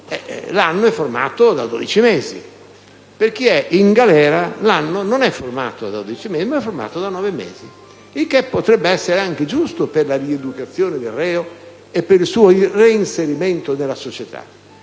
l'anno è formato da 12 mesi; per chi è in galera l'anno non è formato da dodici mesi, ma da nove. Questo potrebbe essere anche giusto per la rieducazione del reo e il suo reinserimento nella società,